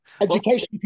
education